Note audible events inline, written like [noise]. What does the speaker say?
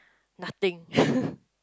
nothing [laughs]